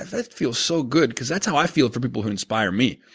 that feels so good because that's how i feel for people who inspire me.